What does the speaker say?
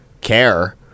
care